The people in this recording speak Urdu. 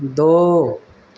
دو